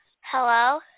Hello